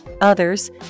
others